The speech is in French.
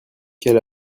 quel